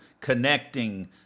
connecting